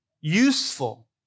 useful